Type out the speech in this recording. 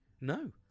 No